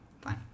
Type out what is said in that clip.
Fine